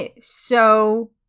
so-